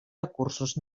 recursos